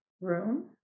room